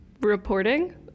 reporting